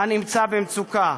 הנמצא במצוקה.